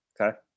Okay